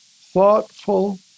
thoughtful